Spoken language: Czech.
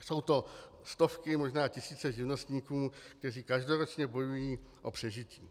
Jsou to stovky, možná tisíce živnostníků, kteří každoročně bojují o přežití.